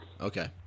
Okay